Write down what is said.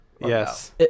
yes